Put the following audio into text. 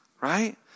Right